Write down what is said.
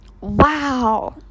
Wow